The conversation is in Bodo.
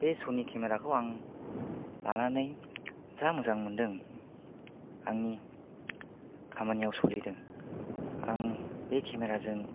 बे स'नि केमेराखौ आं लानानै जा मोजां मोनदों आंनि खामानियाव सोलिदों आं बे केमेराजों